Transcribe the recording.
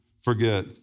forget